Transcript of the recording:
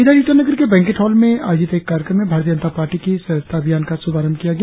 इधर ईटानगर के banquet hall में आयोजित एक कार्यक्रम में भारतीय जनता पार्टी के सदस्यता अभियान का श्रभारंभ किया गया